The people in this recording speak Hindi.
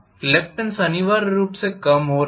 रिलक्टेन्स अनिवार्य रूप से कम हो रहा है